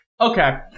Okay